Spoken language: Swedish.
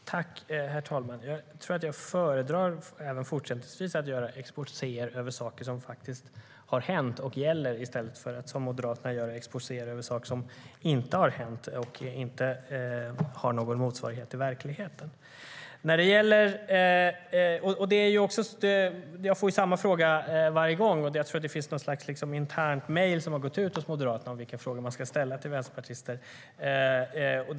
STYLEREF Kantrubrik \* MERGEFORMAT ArbetsmarknadspolitikJag får samma fråga varje gång. Jag tror att det finns något slags internt mejl som har gått ut hos Moderaterna om vilka frågor man ska ställa till vänsterpartister.